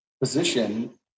position